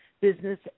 business